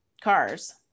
cars